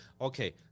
Okay